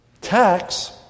tax